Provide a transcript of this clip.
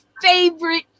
favorite